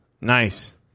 Nice